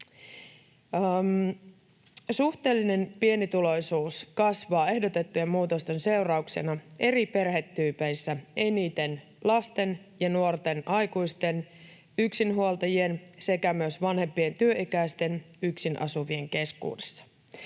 Suhteellinen pienituloisuus kasvaa ehdotettujen muutosten seurauksena eri perhetyypeissä eniten lasten ja nuorten aikuisten, yksinhuoltajien sekä myös vanhempien työ-ikäisten yksin asuvien keskuudessa.